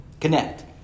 Connect